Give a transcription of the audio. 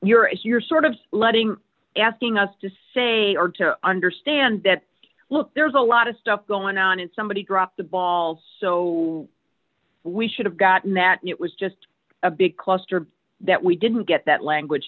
you're here sort of letting asking us to say or to understand that look there's a lot of stuff going on and somebody dropped the ball so we should have gotten that it was just a big cluster that we didn't get that language